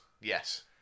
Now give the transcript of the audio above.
Yes